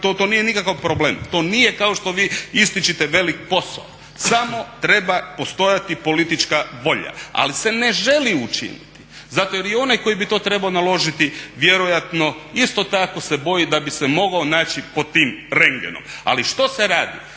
to nije nikakav problem. To nije kao što vi ističete velik posao. Samo treba postojati politička volja, ali se ne želi učiniti zato jer i onaj koji bi to trebao naložiti vjerojatno isto tako se boji da bi se mogao naći pod tim rendgenom. Ali što se radi?